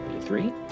Three